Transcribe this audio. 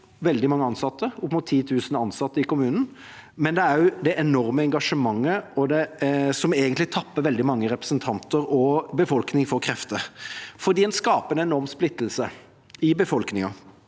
veldig mange ansatte, opp mot 10 000 ansatte i kommunen. Men det er også det enorme engasjementet, som egentlig tapper veldig mange representanter og befolkningen for krefter, fordi en skaper en enorm splittelse i befolkningen.